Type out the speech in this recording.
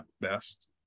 best